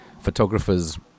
photographers